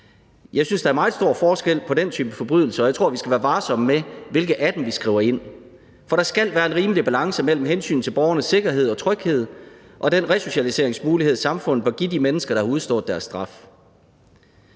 Jeg synes, der er meget stor forskel på de typer af forbrydelser, og jeg tror, vi skal være varsomme med, hvilke af dem vi skriver ind. For der skal være en rimelig balance mellem hensynet til borgernes sikkerhed og tryghed og den resocialiseringsmulighed, samfundet bør give de mennesker, der har udstået deres straf.